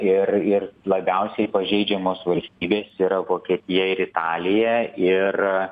ir ir labiausiai pažeidžiamos valstybės yra vokietija ir italija ir